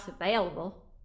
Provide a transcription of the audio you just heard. available